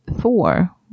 four